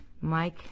Mike